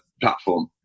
platform